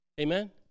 amen